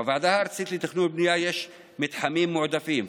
בוועדה הארצית לתכנון ובנייה של מתחמים מועדפים,